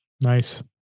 Nice